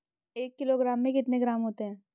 एक किलोग्राम में कितने ग्राम होते हैं?